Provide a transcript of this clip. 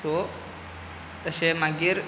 so तशें मागीर